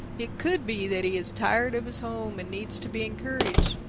it could be that he is tired of his home and needs to be encouraged.